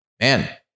Man